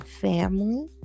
family